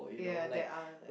ya there are